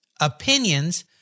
opinions